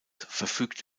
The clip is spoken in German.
verfügt